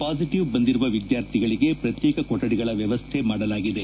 positive ಬಂದಿರುವ ವಿದ್ಯಾರ್ಥಿಗಳಿಗೆ ಪ್ರತ್ಯೇಕ ಕೊಠಡಿಗಳ ವ್ಯವಸ್ಥೆ ಮಾಡಲಾಗಿದೆ